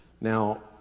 Now